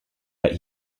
that